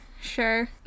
Sure